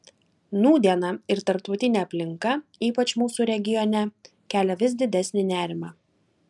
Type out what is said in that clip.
nūdiena ir tarptautinė aplinka ypač mūsų regione kelia vis didesnį nerimą